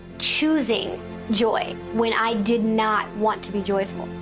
choosing joy when i did not want to be joyful.